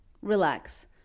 relax